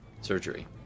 surgery